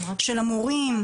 של המורים,